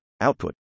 output